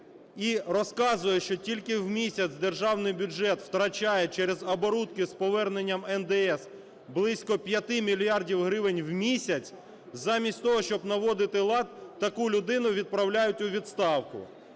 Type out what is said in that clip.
і розказує, що тільки в місяць державний бюджет втрачає через оборудки з повернення НДС близько 5 мільярдів гривень у місяць, замість того, щоб наводити лад, таку людину відправляють у відставку.